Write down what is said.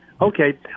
Okay